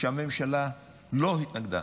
שהממשלה לא התנגדה.